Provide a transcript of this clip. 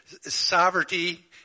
sovereignty